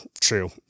true